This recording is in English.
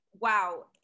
Wow